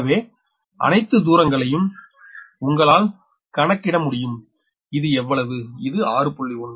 எனவே அணைத்து தூரங்களையம் உங்களால் கணக்கிட முடியும் இது எவ்வளவு இது 6